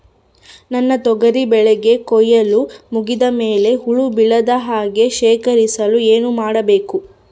ನನ್ನ ತೊಗರಿ ಬೆಳೆಗೆ ಕೊಯ್ಲು ಮುಗಿದ ಮೇಲೆ ಹುಳು ಬೇಳದ ಹಾಗೆ ಶೇಖರಿಸಲು ಏನು ಮಾಡಬೇಕು?